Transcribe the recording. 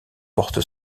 porte